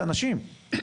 זה אנשים,